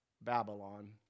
Babylon